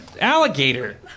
alligator